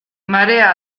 marea